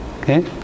Okay